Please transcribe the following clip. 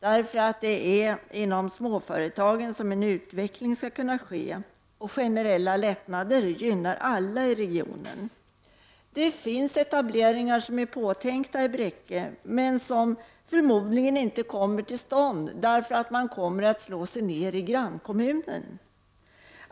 Det är nämligen inom småföretagen som en utveckling skall kunna ske, och generella lättnader gynnar alla i regionen, Det finns etableringar som är påtänkta i Bräcke men som förmodligen inte kommer till stånd på grund av att företagarna i stället slår sig ner i grannkommunen.